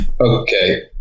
Okay